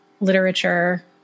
literature